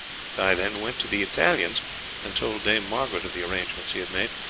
guy then went to the italian's and told dame margaret of the arrangements he had made.